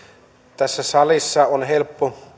tässä salissa on helppo